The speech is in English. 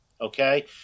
Okay